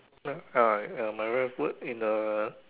ah ya my wife work in a